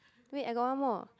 wait I got one more